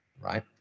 right